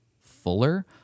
fuller